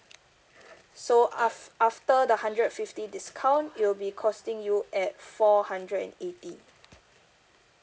so af~ after the hundred fifty discount it will be costing you at four hundred and eighty